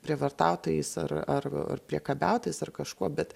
prievartautojais ar ar ar priekabiautojais ar kažkuo bet